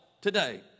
today